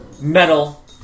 metal